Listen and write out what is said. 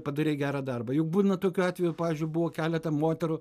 padarei gerą darbą juk būna tokiu atveju pavyzdžiui buvo keletą moterų